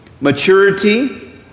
maturity